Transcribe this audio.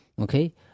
okay